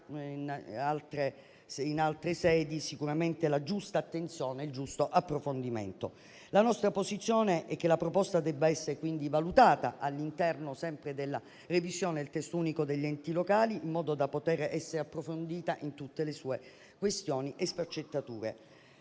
in altre sedi, sicuramente la giusta attenzione e il giusto approfondimento. La nostra posizione è che la proposta debba essere valutata all'interno sempre della revisione del Testo unico degli enti locali, in modo da poter essere approfondita in tutte le sue sfaccettature.